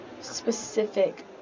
specific